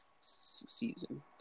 season